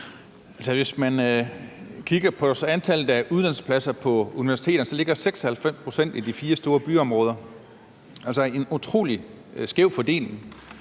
Hvis man kigger på antallet af uddannelsespladser på universiteterne, så ligger 96 pct. af dem i de fire store byområder. Det er altså en utrolig skæv fordeling.